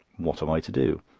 what am i to do?